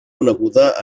coneguda